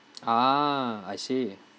ah I see